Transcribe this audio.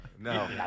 No